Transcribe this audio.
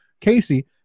Casey